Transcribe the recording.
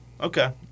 Okay